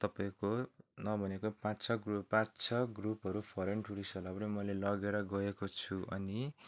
तपाईँको नभनेको पाँच छ ग्रुप पाँच छ ग्रुपहरू फरेन टुरिस्टहरूलाई पनि मैले लगेर गएको छु अनि